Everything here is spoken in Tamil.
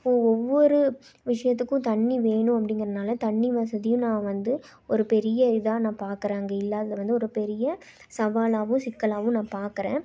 இப்போ ஒவ்வொரு விஷயத்துக்கும் தண்ணி வேணும் அப்படிங்கிறதுனால தண்ணி வசதியும் நான் வந்து ஒரு பெரிய இதாக நான் பார்க்கறேன் அங்கே இல்லாததை ஒரு பெரிய சவாலாகவும் சிக்கலாகவும் நான் பார்க்கறேன்